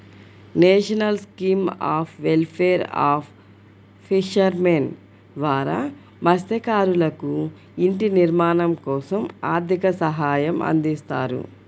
national scheme of welfare of fishermen ద్వారా మత్స్యకారులకు ఇంటి నిర్మాణం కోసం ఆర్థిక సహాయం అందిస్తారు